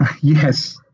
Yes